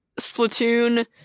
Splatoon